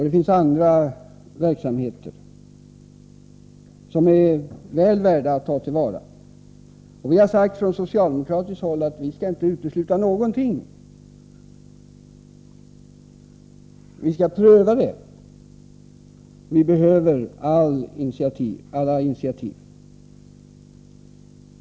Det finns också andra verksamheter, som är väl värda att ta till vara. Vi har från socialdemokratiskt håll sagt att vi inte skall utesluta något. Vi skall pröva olika förslag. Vi behöver alla initiativ.